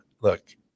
look